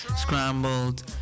scrambled